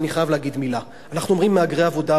ואני חייב להגיד מלה: אנחנו אומרים "מהגרי עבודה",